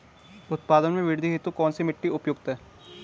उत्पादन में वृद्धि हेतु कौन सी मिट्टी उपयुक्त है?